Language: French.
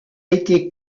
été